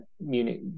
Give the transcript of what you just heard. Munich